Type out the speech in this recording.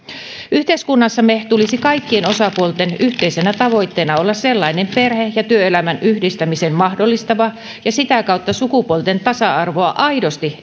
yhteiskunnassamme tulisi kaikkien osapuolten yhteisenä tavoitteena olla sellainen perhe ja työelämän yhdistämisen mahdollistava ja sitä kautta sukupuolten tasa arvoa aidosti